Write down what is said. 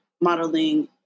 modeling